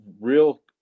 real